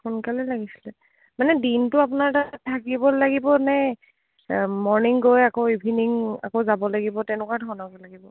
সোনকালে লাগিছিলে মানে দিনটো আপোনাৰ তাত থাকিব লাগিব নে মৰ্ণিং গৈ আকৌ ইভিনিং আকৌ যাব লাগিব তেনেকুৱা ধৰণৰ লাগিব